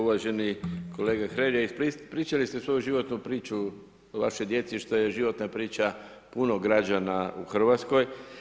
Uvaženi kolega Hrelja, ispričali ste svoju životnu priču o vašoj djeci, što je životna priča puno građana u Hrvatskoj.